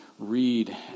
read